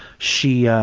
she yeah